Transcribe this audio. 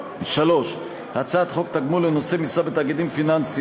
3. הצעת חוק תגמול לנושאי משרה בתאגידים פיננסיים